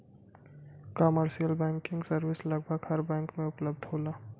commercial banking service लगभग हर bank में उपलब्ध होला